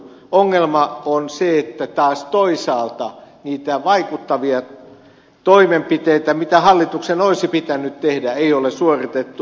ongelma on se että taas toisaalta niitä vaikuttavia toimenpiteitä mitä hallituksen olisi pitänyt tehdä ei ole suoritettu